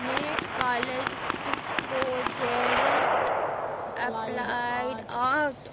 नेह् कालेज तुप्पो जेह्ड़े